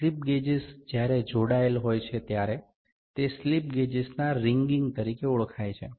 slip gauges જ્યારે જોડાયેલ હોય છે ત્યારે તે સ્લિપ ગેજેસના રિંગિંગ તરીકે ઓળખાય છે